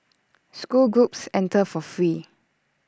school groups enter for free